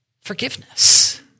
forgiveness